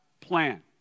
plan